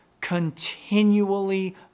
continually